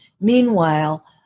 Meanwhile